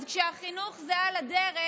אז כשהחינוך הוא על הדרך,